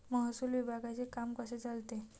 महसूल विभागाचे काम कसे चालते?